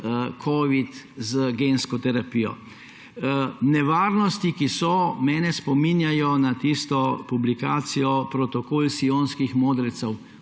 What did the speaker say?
covid z gensko terapijo. Nevarnosti, ki so, mene spominjajo na tisto publikacijo Protokoli sionskih modrecev.